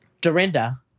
Dorinda